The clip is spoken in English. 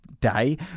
day